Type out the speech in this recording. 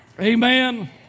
Amen